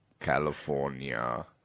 California